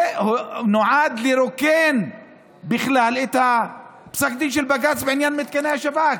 זה נועד לרוקן בכלל את פסק הדין של בג"ץ בעניין מתקני השב"כ.